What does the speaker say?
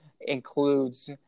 includes